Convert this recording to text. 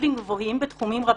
קוגניטיביים גבוהים בתחומים רבים.